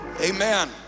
Amen